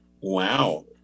Wow